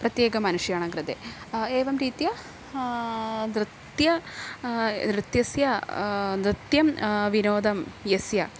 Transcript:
प्रत्येकमनुष्याणां कृते एवं रीत्या नृत्य नृत्यस्य नृत्यं विनोदं यस्य